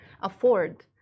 afford